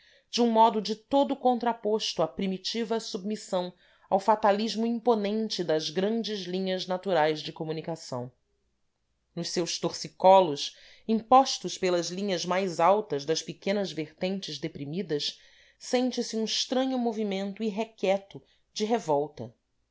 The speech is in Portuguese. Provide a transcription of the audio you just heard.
de um modo de todo contraposto à primitiva submissão ao fatalismo imponente das grandes linhas naturais de comunicação nos seus torcicolos impostos pelas linhas mais altas das pequenas vertentes deprimidas sente-se um estranho movimento irrequieto de revolta